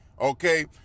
okay